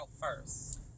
first